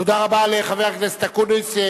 תודה רבה לחבר הכנסת אקוניס.